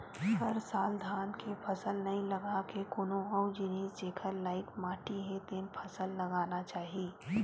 हर साल धान के फसल नइ लगा के कोनो अउ जिनिस जेखर लइक माटी हे तेन फसल लगाना चाही